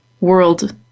world